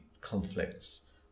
conflicts